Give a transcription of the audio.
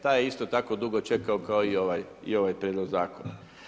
Taj je isto tako dugo čekao kao i ovaj prijedlog zakona.